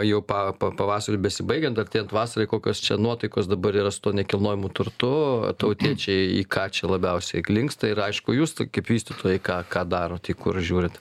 jau pa pa pavasariui besibaigiant artėjant vasarai kokios čia nuotaikos dabar yra su tuo nekilnojamu turtu tautiečiai į ką čia labiausiai linksta ir aišku jūs tai kaip vystytojai ką ką darot į kur žiūrit